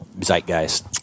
zeitgeist